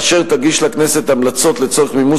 אשר תגיש לכנסת המלצות לצורך מימוש